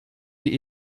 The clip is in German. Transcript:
die